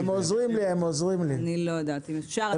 אני לא יודעת אם אפשר.